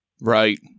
Right